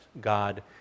God